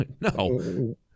No